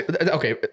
okay